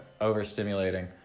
overstimulating